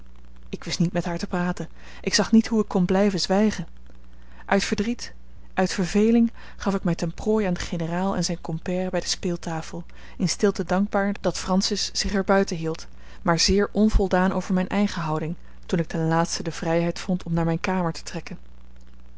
ik wist niet met haar te praten ik zag niet hoe ik kon blijven zwijgen uit verdriet uit verveling gaf ik mij ten prooi aan den generaal en zijn compère bij de speeltafel in stilte dankbaar dat francis zich er buiten hield maar zeer onvoldaan over mijn eigen houding toen ik ten laatste de vrijheid vond om naar mijne kamer te trekken